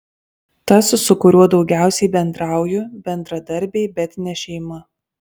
tas su kuriuo daugiausiai bendrauju bendradarbiai bet ne šeima